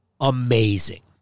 amazing